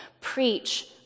preach